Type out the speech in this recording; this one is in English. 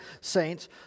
saints